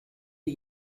die